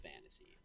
fantasy